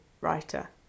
writer